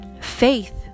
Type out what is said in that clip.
Faith